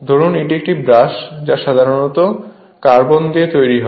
ধরুন এটি একটি ব্রাশ যা সাধারণত কার্বন দিয়ে তৈরি হয়